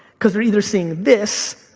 cause they're either seeing this,